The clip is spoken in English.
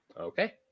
Okay